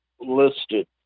listed